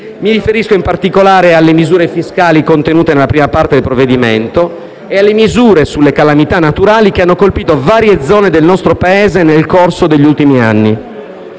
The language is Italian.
Mi riferisco, in particolare, alle misure fiscali contenute nella prima parte del provvedimento e alle misure sulle calamità naturali che hanno colpito varie zone del nostro Paese nel corso degli ultimi anni.